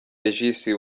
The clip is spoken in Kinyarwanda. regis